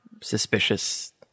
suspicious